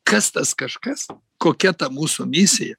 kas tas kažkas kokia ta mūsų misija